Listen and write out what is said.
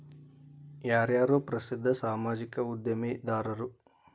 ಯಾರ್ಯಾರು ಪ್ರಸಿದ್ಧ ಸಾಮಾಜಿಕ ಉದ್ಯಮಿದಾರರು